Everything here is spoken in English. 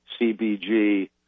CBG